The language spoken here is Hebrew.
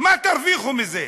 מה תרוויחו מזה?